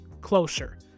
closer